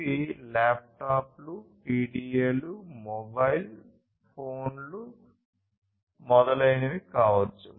ఇవి ల్యాప్టాప్లు పిడిఎలు మొబైల్ ఫోన్లు మొదలైనవి కావచ్చు